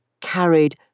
carried